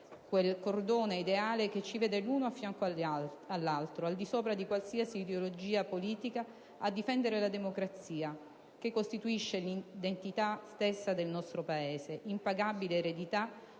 quel cordone ideale che ci vede l'uno a fianco all'altro, al di sopra di qualsiasi ideologia politica, a difendere la democrazia, che costituisce l'identità stessa del nostro Paese, impagabile eredità